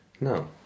No